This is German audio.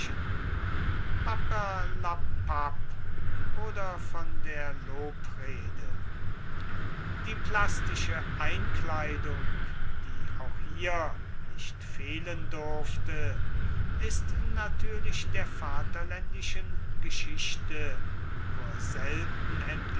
oder von der lobrede die plastische einkleidung die auch hier nicht fehlen durfte ist natürlich der vaterländischen geschichte nur selten